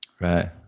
Right